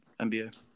NBA